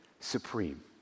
supreme